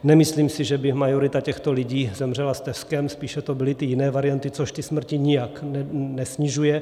Nemyslím si, že by majorita těchto lidí zemřela steskem, spíše to byly ty jiné varianty, což ty smrti nijak nesnižuje.